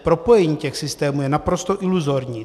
Propojení těch systémů je naprosto iluzorní.